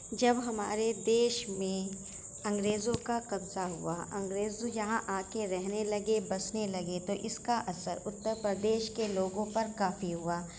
جب ہمارے دیش میں انگریزوں کا قبضہ ہوا انگریز جو یہاں آکے رہنے لگے بسنے لگے تو اس کا اثر اترپردیش کے لوگوں پر کافی ہوا